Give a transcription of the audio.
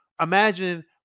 imagine